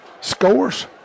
scores